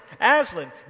Aslan